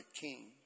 king